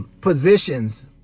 positions